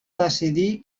decidir